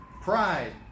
Pride